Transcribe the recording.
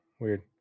weird